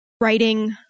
writing